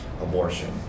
Abortion